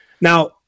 Now